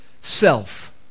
self